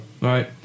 Right